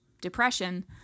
depression